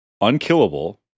unkillable